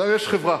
יש חברה,